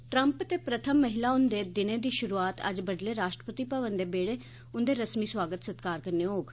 Trump ते प्रथम महिला हुंदे दिने दी शुरूआत अज्ज बडलै राश्ट्रपति भवन दे बेहड़ै उंदे रस्मी सुआगत सत्कार कन्नै होग